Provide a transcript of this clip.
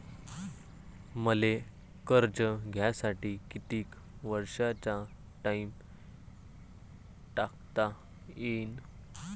मले कर्ज घ्यासाठी कितीक वर्षाचा टाइम टाकता येईन?